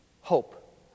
hope